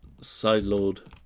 sideload